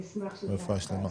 יופי, רפואה שלמה.